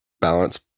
balance